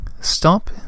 stop